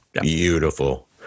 Beautiful